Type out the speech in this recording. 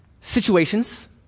situations